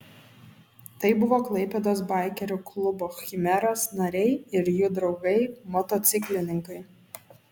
tai buvo klaipėdos baikerių klubo chimeras nariai ir jų draugai motociklininkai